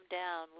down